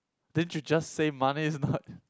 didn't you just say money is not